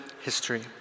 history